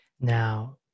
Now